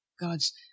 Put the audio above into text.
God's